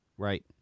Right